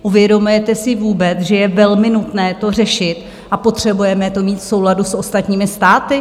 Uvědomujete si vůbec, že je velmi nutné to řešit, a potřebujeme to mít v souladu s ostatními státy?